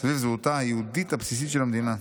סביב זהותה היהודית הבסיסית של המדינה.